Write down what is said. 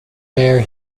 bare